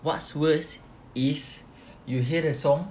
what's worse is you hate a song